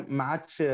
match